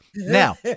Now